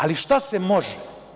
Ali, šta se može?